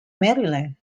maryland